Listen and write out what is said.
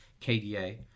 KDA